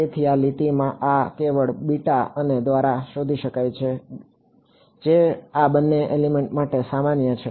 તેથી આ લીટીમાંથી આ કેવળ અને દ્વારા શોધી શકાય છે જે આ બંને એલિમેન્ટ માટે સામાન્ય છે